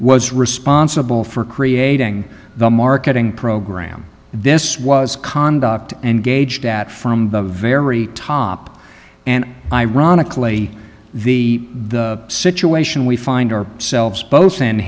was responsible for creating the marketing program this was conduct engaged at from the very top and ironically the the situation we find our selves both